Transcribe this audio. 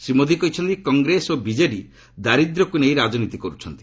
ଶ୍ରୀ ମୋଦି କହିଛନ୍ତି କଂଗ୍ରେସ ଓ ବିଜେଡ଼ି ଦାରିଦ୍ର୍ୟକୁ ନେଇ ରାଜନୀତି କରୁଛନ୍ତି